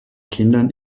kindern